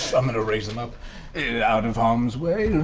i'm going to raise him up out of harm's way.